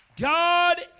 God